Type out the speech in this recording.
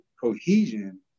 cohesion